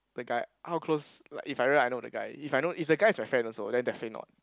the guy how close like if I really I know the guy if I know if the guys is my friend also then the friend not